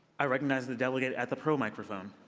i recognize the delegate at the pro microphone.